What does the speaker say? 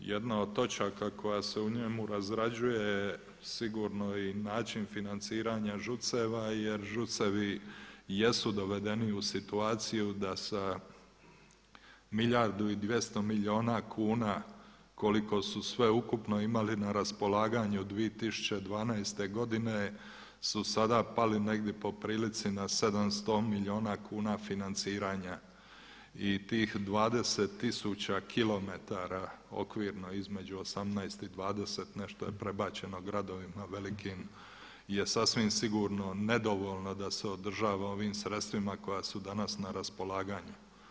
Jedna od točaka koja se u njemu razrađuje je sigurno i način financiranja ŽUC-eva jer ŽUC-evi jesu dovedeni u situaciju da sa milijardu i 200 milijuna kuna koliko su sve ukupno imali na raspolaganju 2012. godine su sada pali negdje po prilici na 700 milijuna kuna financiranja i tih 20 tisuća kilometara okvirno između 18 i 20, nešto je prebačeno gradovima velikim, je sasvim sigurno nedovoljno da se održava ovim sredstvima koja su danas na raspolaganju.